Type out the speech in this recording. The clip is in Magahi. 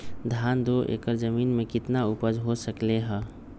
धान दो एकर जमीन में कितना उपज हो सकलेय ह?